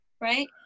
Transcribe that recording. right